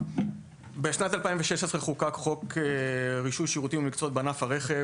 בשנת 2016 חוקק חוק רישוי שירותים ומקצועות בענף הרכב